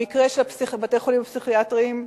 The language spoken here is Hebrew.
במקרה של בתי-החולים הפסיכיאטריים,